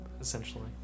essentially